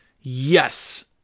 Yes